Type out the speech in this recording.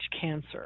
cancer